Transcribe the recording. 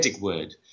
word